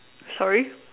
sorry